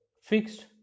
fixed